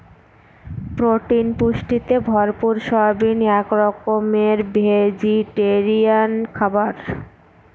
protein পুষ্টিতে ভরপুর soybean এক রকমের ভেজিটেরিয়ান খাবার